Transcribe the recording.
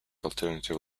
alternative